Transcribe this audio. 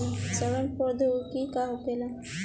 सड़न प्रधौगिकी का होखे?